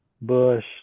Bush